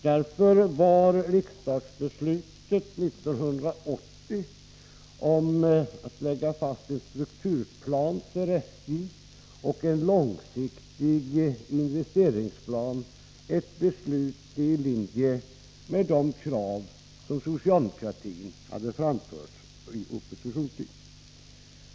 Därför var riksdagsbeslutet 1980 om att lägga fast en strukturplan för SJ och en långsiktig investeringsplan ett beslut i linje med de krav som socialdemokratin hade framfört under oppositionstiden.